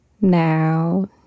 now